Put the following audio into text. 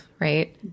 right